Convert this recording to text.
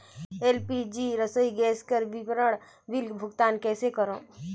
LPG रसोई gas के विवरण बिल भुगतान कइसे करों?